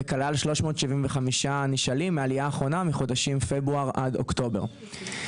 וכלל 375 נשאלים מהעלייה האחרונה מחודשים פברואר עד אוקטובר.